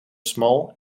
small